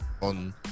on